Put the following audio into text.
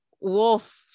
wolf